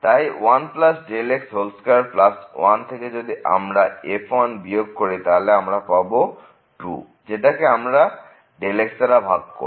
তাই 1x21 থেকে যদি আমরা f বিয়োগ করি তাহলে আমরা পাব 2 যেটাকে আমরা x দাঁড়া ভাগ করব